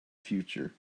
future